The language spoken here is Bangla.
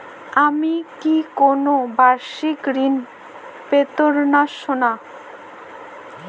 আমি কি কোন বাষিক ঋন পেতরাশুনা?